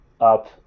up